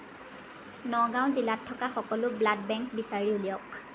নগাঁও জিলাত থকা সকলো ব্লাড বেংক বিচাৰি উলিয়াওক